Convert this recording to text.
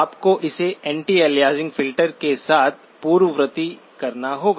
आपको इसे anti aliasing filter के साथ पूर्ववर्ती करना होगा